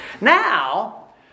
Now